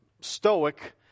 stoic